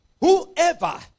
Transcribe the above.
whoever